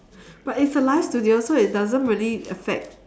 but it's a live studio so it doesn't really affect